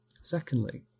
Secondly